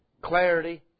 Clarity